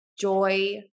joy